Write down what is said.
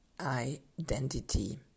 identity